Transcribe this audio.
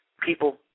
people